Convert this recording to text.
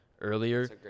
earlier